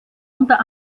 unter